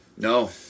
No